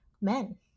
men